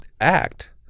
act